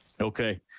okay